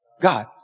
God